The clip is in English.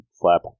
flap